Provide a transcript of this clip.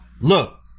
Look